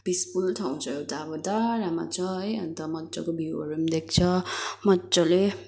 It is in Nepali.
पिसफुल ठाउँ छ एउटा अब डाँडामा छ है अन्त मजाको भ्युहरू पनि देख्छ मजाले